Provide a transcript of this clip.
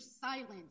silence